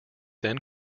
then